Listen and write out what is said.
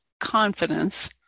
confidence